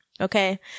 Okay